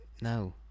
no